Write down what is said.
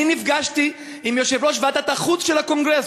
נפגשתי עם יושב-ראש ועדת החוץ של הקונגרס,